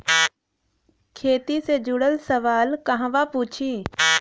खेती से जुड़ल सवाल कहवा पूछी?